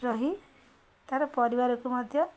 ରହି ତା'ର ପରିବାରକୁ ମଧ୍ୟ